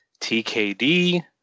TKD